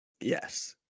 Yes